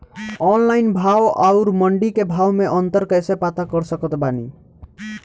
Online भाव आउर मंडी के भाव मे अंतर कैसे पता कर सकत बानी?